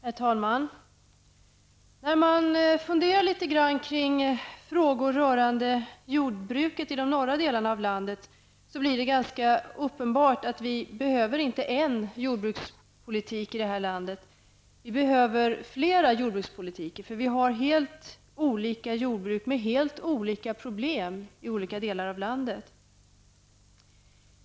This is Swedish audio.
Herr talman! När man funderar litet grand kring frågor rörande jordbruket i de norra delarna av landet blir det ganska uppenbart att vi inte behöver en jordbrukspolitik i det här landet. Vi behöver flera sorters jordbrukspolitik, eftersom vi har helt olika jordbruk med helt olika problem i skilda delar av landet.